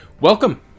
Welcome